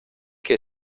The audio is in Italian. che